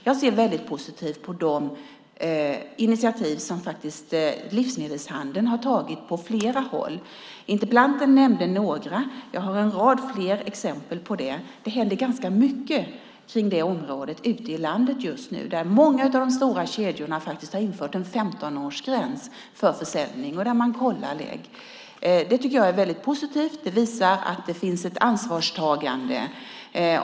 Jag ser positivt på de initiativ som livsmedelshandeln faktiskt har tagit på flera håll. Interpellanten nämnde några. Jag har en rad ytterligare exempel. Det händer ganska mycket på det området ute i landet just nu. Många av de stora kedjorna har infört en 15-årsgräns för försäljning, och man kollar leg. Det tycker jag är positivt. Det visar att det finns ett ansvarstagande.